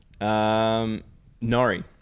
Nori